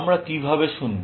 আমরা কিভাবে শুনব